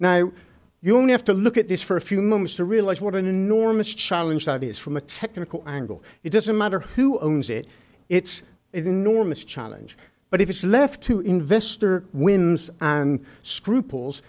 now you only have to look at this for a few moments to realize what an enormous challenge that is from a technical angle it doesn't matter who owns it it's enormous challenge but if it's left to investor wins and scruples